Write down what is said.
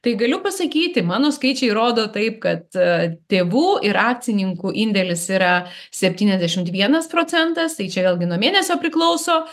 tai galiu pasakyti mano skaičiai rodo taip kad tėvų ir akcininkų indėlis yra septyniasdešimt vienas procentas tai čia vėlgi nuo mėnesio priklauso